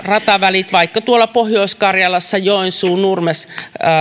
rataväleillä vaikka tuolla pohjois karjalassa joensuu nurmes